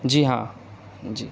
جی ہاں جی